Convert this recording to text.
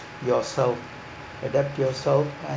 yourself adapt yourself and